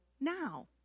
now